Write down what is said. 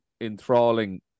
enthralling